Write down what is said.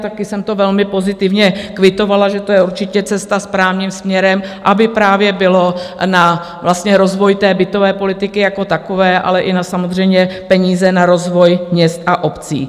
Taky jsem to velmi pozitivně kvitovala, že to je určitě cesta správným směrem, aby právě bylo na rozvoj bytové politiky jako takové, ale samozřejmě i peníze na rozvoj měst a obcí.